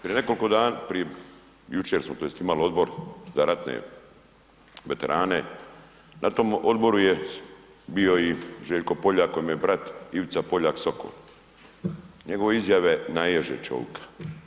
Prije nekoliko dana, jučer smo tj. imali Odbor za ratne veterane, na tom odboru je bio i Željko Poljak kojem je brat Ivica Poljak Sokol, njegove izjave naježe čovika.